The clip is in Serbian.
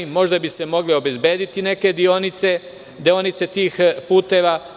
Možda bi se mogle obezbediti neke deonice tih puteva.